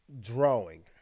drawing